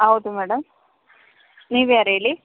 ಹೌದು ಮೇಡಮ್ ನೀವು ಯಾರು ಹೇಳಿ